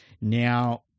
Now